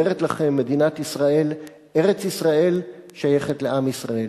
אומרת לכם מדינת ישראל: ארץ-ישראל שייכת לעם ישראל.